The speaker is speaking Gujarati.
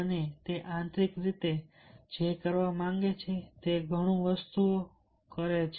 અને તે આંતરિક રીતે જે કરવા માંગે છે તે ઘણી વસ્તુઓ કરે છે